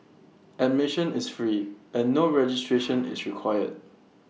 admission is free and no registration is required